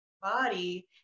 body